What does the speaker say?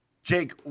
Jake